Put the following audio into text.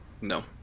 No